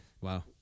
wow